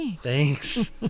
Thanks